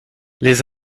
les